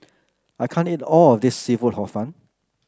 I can't eat all of this seafood Hor Fun